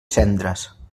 cendres